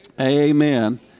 Amen